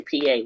PA